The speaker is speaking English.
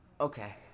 Okay